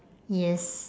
yes